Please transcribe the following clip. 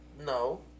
No